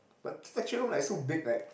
but lecture room like so big like